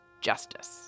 Justice